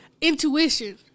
intuition